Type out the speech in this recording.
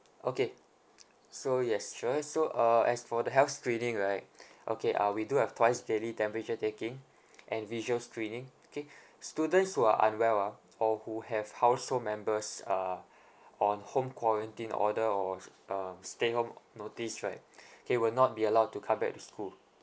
okay so yes sure so uh as for the health screening right okay uh we do have twice daily temperature taking and visual screening okay students who are unwell ah or who have household members uh on home quarantine order or s~ uh stay home notice right they will not be allowed to come back to school